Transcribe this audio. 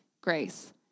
grace